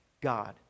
God